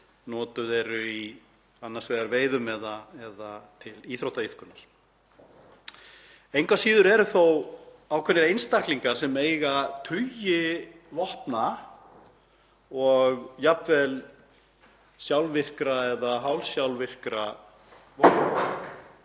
notuð eru í veiðum eða til íþróttaiðkunar. Engu að síður eru þó ákveðnir einstaklingar sem eiga tugi vopna, jafnvel sjálfvirkra eða hálfsjálfvirkra, og